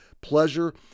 pleasure